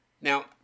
Now